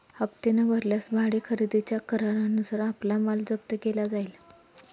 हप्ते न भरल्यास भाडे खरेदीच्या करारानुसार आपला माल जप्त केला जाईल